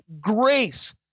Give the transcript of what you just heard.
grace